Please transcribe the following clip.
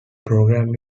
program